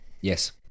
Yes